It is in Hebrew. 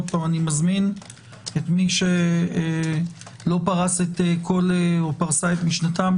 אני שוב מזמין את מי שלא פרס או פרסה את כל משנתו,